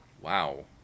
Wow